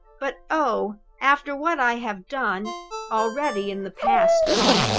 but, oh, after what i have done already in the past time,